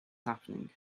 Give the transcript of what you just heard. happening